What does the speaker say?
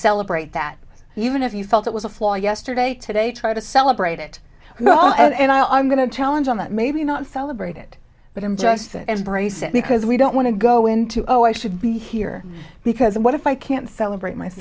celebrate that even if you felt it was a flaw yesterday today try to celebrate it and i'm going to challenge on that maybe not celebrate it but i'm just that embrace it because we don't want to go into oh i should be here because what if i can't celebrate my